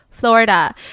Florida